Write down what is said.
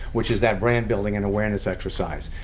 which is that brand-building and awareness exercise.